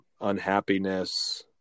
unhappiness